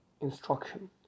instruction